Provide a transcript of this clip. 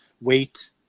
weight